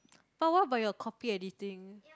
but what about your copy editing